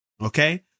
Okay